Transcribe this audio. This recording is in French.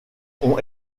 ont